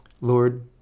Lord